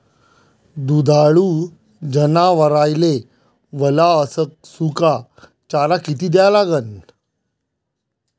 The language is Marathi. दुधाळू जनावराइले वला अस सुका चारा किती द्या लागन?